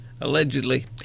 allegedly